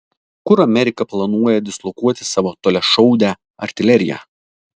kur amerika planuoja dislokuoti savo toliašaudę artileriją